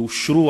הן אושרו,